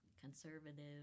conservative